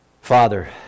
Father